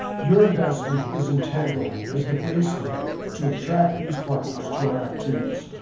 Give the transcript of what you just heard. your investment is integral as the baseline to attract these partners to our activities.